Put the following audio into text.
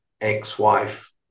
ex-wife